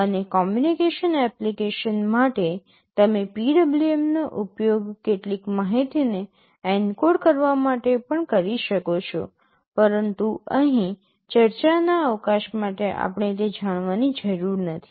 અને communication application માટે તમે PWM નો ઉપયોગ કેટલીક માહિતીને એન્કોડ કરવા માટે પણ કરી શકો છો પરંતુ અહીં ચર્ચાના અવકાશ માટે આપણે તે જાણવાની જરૂર નથી